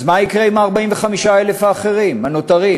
אז מה יקרה עם 45,000 האחרים הנותרים?